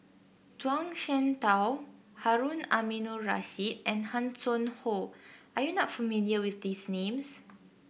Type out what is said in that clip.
Zhuang Shengtao Harun Aminurrashid and Hanson Ho are you not familiar with these names